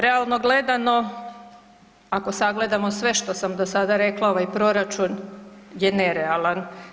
Realno gledano ako sagledamo sve što sam do sada rekla, ovaj proračun je nerealan.